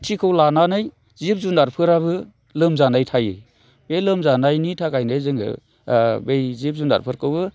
थिथिखौ लानानै जिब जिनारफोराबो लोमजानाय थायो बे लोमजानायनि थाखायनो जोङो बै जिब जुनारफोरखौबो